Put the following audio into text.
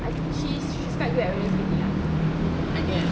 I think she's she's quite good with everything ya